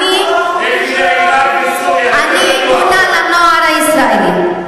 אני קוראת לנוער להתעורר,